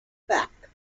back